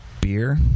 beer